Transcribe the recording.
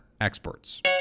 experts